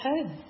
home